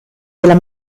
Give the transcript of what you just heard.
della